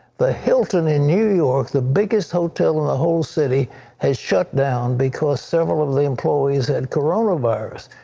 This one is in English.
the hilton in new york, the biggest hotel in the whole city has shut down because several of the employees had coronavirus.